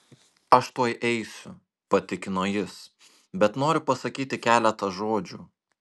aš tuoj eisiu patikino jis bet noriu pasakyti keletą žodžių